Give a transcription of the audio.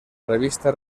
revista